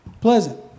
pleasant